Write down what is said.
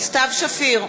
סתיו שפיר,